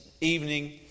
Evening